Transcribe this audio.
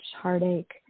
heartache